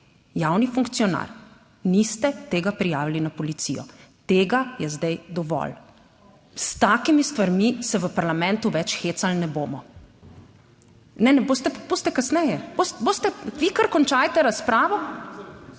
javni funkcionar, niste tega prijavili na policijo. Tega je zdaj dovolj. S takimi stvarmi se v parlamentu več hecali ne bomo. Ne, ne boste, boste, kasneje boste... Vi kar končate razpravo.